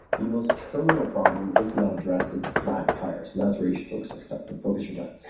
the most terminable problem if not addressed is the flat tire, so that's where you should focus focus your time.